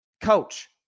Coach